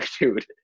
dude